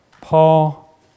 Paul